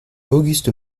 auguste